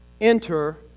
enter